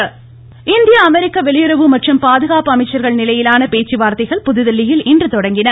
பேச்சுவார்த்தை இந்திய அமெரிக்க வெளியுறவு மற்றும் பாதுகாப்பு அமைச்சர்கள் நிலையிலான பேச்சுவார்த்தைகள் புதுதில்லியில் இன்று தொடங்கின